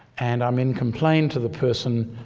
and amin complained to the person,